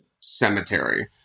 cemetery